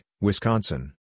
Wisconsin